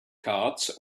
cards